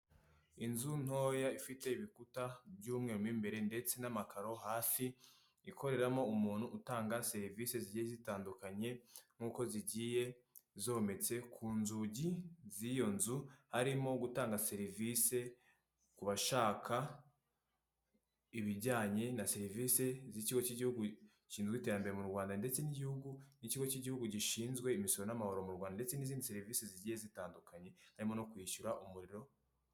Inzu ntoya ifite ibikuta by'umweru mo imbere ndetse n'amakaro hasi ikoreramo umuntu utanga serivise zigiye zitandukanye nk'uko zigiye zometse ku nzugi z'iyo nzu harimo gutanga serivise ku bashaka ibijyanye na serivise z'ikigo cy'igihugu ishinzwe iterambere mu Rwanda ndetse n'igihugu nikigo cy'igihugu gishinzwe imisoro n'amahoro mu Rwanda ndetse n'izindi serivise zigiye zitandukanye harimo no kwishyura umuriro.